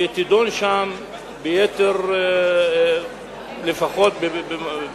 שתידון שם ביתר נינוחות,